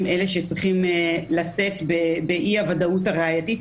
אלה שצריכים לשאת באי הוודאות הראייתית,